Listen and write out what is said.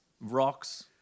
rocks